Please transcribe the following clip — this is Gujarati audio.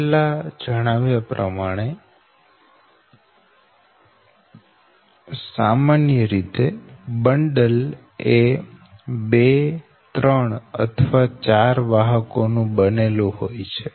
પહેલા જણાવ્યા પ્રમાણે સામાન્ય રીતે બંડલ એ 23 અથવા 4 વાહકો નું બનેલું હોય છે